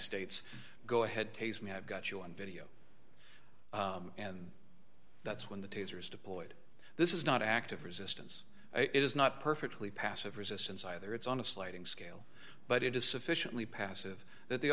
states go ahead tase me i've got you on video and that's when the taser is deployed this is not active resistance it is not perfectly passive resistance either it's on a sliding scale but it is sufficiently passive that the